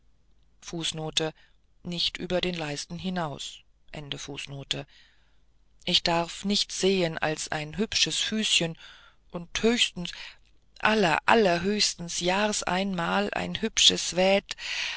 ich darf nichts sehen als die hübschen füßchen und höchstens aller allerhöchstens jahrs einmal ein hübsches